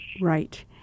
Right